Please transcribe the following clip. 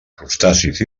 crustacis